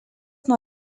nuo